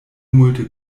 multe